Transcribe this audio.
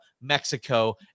Mexico